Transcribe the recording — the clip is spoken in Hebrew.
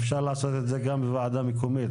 אפשר לעשות את זה גם בוועדה מקומית.